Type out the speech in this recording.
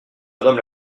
madame